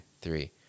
three